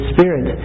Spirit